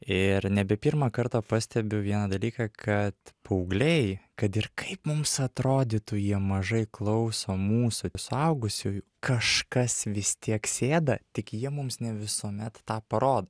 ir nebe pirmą kartą pastebiu vieną dalyką kad paaugliai kad ir kaip mums atrodytų jie mažai klauso mūsų suaugusiųjų kažkas vis tiek sėda tik jie mums ne visuomet tą paro